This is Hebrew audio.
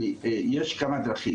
יש כמה דרכים,